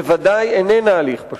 בוודאי איננה הליך פשוט,